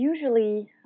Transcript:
usually